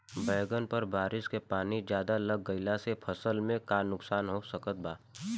बैंगन पर बारिश के पानी ज्यादा लग गईला से फसल में का नुकसान हो सकत बा?